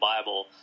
Bible